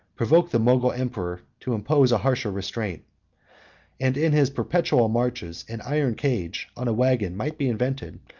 provoked the mogul emperor to impose a harsher restraint and in his perpetual marches, an iron cage on a wagon might be invented,